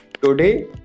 Today